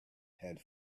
had